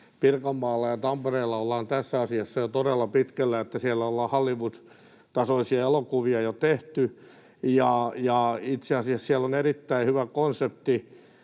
Pirkanmaalla ja Tampereella ollaan tässä asiassa jo todella pitkällä ja siellä ollaan Hollywood-tasoisia elokuvia jo tehty. Itse asiassa siellä on erittäin hyvä konsepti,